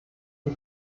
wie